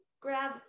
grab